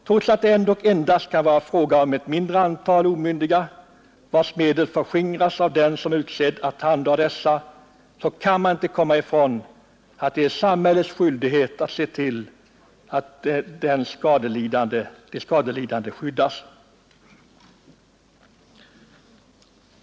Trots att det endast kan vara fråga om ett mindre antal omyndiga, vilkas medel förskingras av dem som är utsedda att handha dessa, kan man inte komma ifrån att det är samhällets skyldighet att se till att de skadelidande skyddas.